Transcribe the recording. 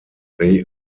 they